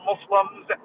Muslims